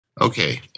Okay